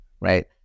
right